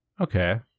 Okay